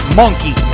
monkey